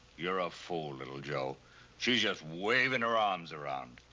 you're a fool, little joe. she's just waving her arms around.